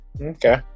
Okay